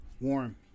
warm